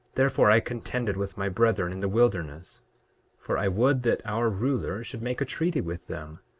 therefore, i contended with my brethren in the wilderness for i would that our ruler should make a treaty with them